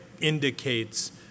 indicates